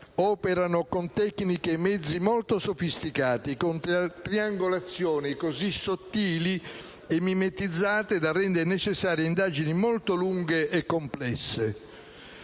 operano con tecniche e mezzi molto sofisticati, con triangolazioni così sottili e mimetizzate da rendere necessarie indagini molto lunghe e complesse.